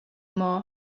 more